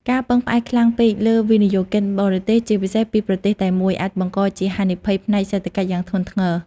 ការពឹងផ្អែកខ្លាំងពេកលើវិនិយោគិនបរទេស ជាពិសេសពីប្រទេសតែមួយ អាចបង្កជាហានិភ័យផ្នែកសេដ្ឋកិច្ចយ៉ាងធ្ងន់ធ្ងរ។